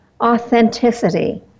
Authenticity